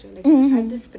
mm